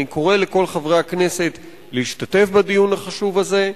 אני קורא לכל חברי הכנסת להשתתף בדיון החשוב הזה.